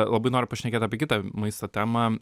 labai noriu pašnekėt apie kitą maisto temą